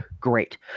Great